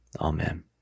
amen